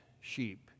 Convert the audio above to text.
sheep